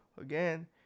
Again